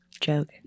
joke